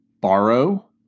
borrow